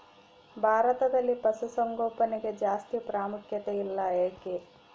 ಭಾರತದಲ್ಲಿ ಪಶುಸಾಂಗೋಪನೆಗೆ ಜಾಸ್ತಿ ಪ್ರಾಮುಖ್ಯತೆ ಇಲ್ಲ ಯಾಕೆ?